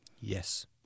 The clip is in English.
Yes